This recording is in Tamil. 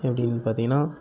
எப்படின்னு பார்த்திங்கன்னா